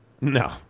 No